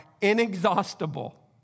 inexhaustible